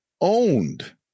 owned